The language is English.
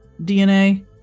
DNA